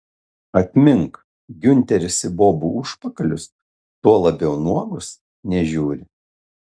atmink giunteris į bobų užpakalius tuo labiau nuogus nežiūri